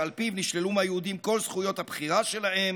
שעל פיו נשללו מהיהודים כל זכויות הבחירה שלהם,